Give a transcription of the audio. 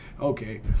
Okay